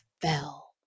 fell